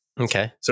Okay